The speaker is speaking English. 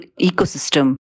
ecosystem